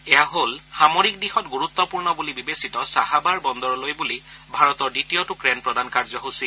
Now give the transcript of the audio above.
এয়া হ'ল সামৰিক দিশত গুৰুত্বপূৰ্ণ বুলি বিবেচিত চাহাবাৰ বন্দৰলৈ বুলি ভাৰতৰ দ্বিতীয়টো ক্ৰেন প্ৰদান কাৰ্যসূচী